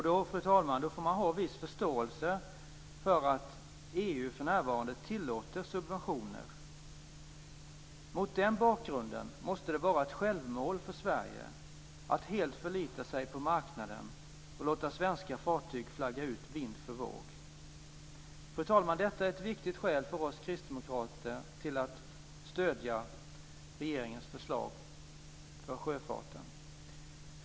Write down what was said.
Då, fru talman, får man ha viss förståelse för att EU för närvarande tillåter subventioner. Mot den bakgrunden måste det vara ett självmål för Sverige att helt förlita sig på marknaden och låta svenska fartyg flagga ut vind för våg. Fru talman! Detta är ett viktigt skäl för oss kristdemokrater till att stödja regeringens förslag för sjöfarten.